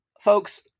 Folks